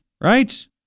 right